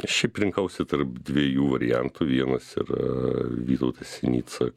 šiaip rinkausi tarp dviejų variantų vienas yra vytautas sinica